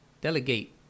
delegate